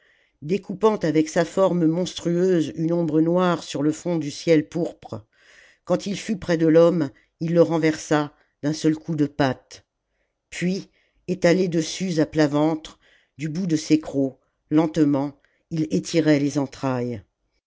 découpant avec sa forme monstrueuse une ombre noire sur le fond du ciel pourpre quand il fut près de l'homme il le renversa d'un seul coup de patte puis étalé dessus à plat ventre du bout de ses crocs lentement il étirait les entrailles